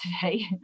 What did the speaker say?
today